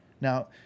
Now